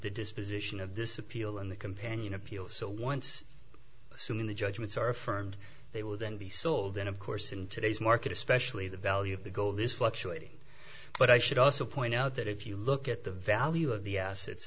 disposition of this appeal in the companion appeal so once assuming the judgments are affirmed they will then be sold then of course in today's market especially the value of the go this fluctuating but i should also point out that if you look at the value of the assets